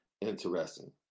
interesting